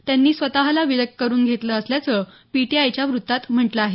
त्यांनी स्वतला विलग करून घेतलं असल्याचं पीटीआयच्य वृत्तात म्हटलं आहे